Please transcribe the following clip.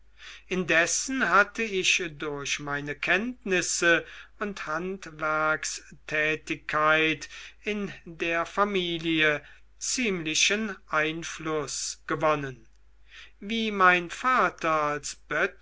indessen hatte ich durch meine kenntnisse und handwerkstätigkeit in der familie ziemlichen einfluß gewonnen wie mein vater als